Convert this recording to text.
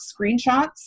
screenshots